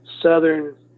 southern